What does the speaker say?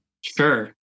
Sure